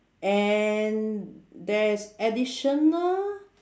and there is additional